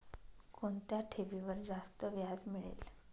कोणत्या ठेवीवर जास्त व्याज मिळेल?